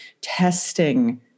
testing